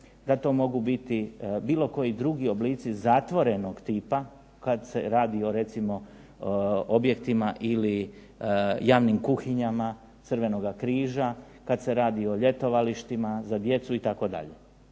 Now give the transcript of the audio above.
da to mogu biti bilo koji drugi oblici zatvorenog tipa kada se radi recimo o objektima ili javnim kuhinjama Crvenoga križa, kada se radio o ljetovalištima za djecu itd.